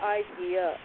idea